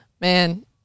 man